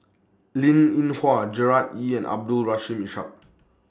Linn in Hua Gerard Ee and Abdul Rush Ishak